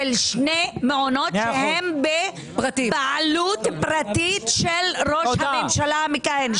של שני מעונות שהם בבעלות פרטית של ראש הממשלה המכהן.